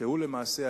שהיום הוא, למעשה,